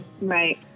Right